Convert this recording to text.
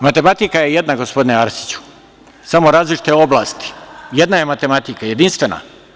Matematika je jedna gospodine Arsiću, samo različite oblasti, jedna je matematika, jedinstvena.